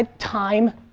ah time.